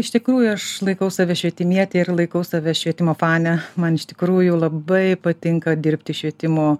iš tikrųjų aš laikau save svetimiems ir laikau save švietimo fane man iš tikrųjų labai patinka dirbti švietimo